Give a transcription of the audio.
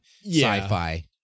sci-fi